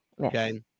Okay